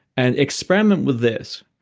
and experiment with this,